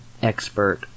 expert